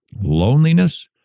Loneliness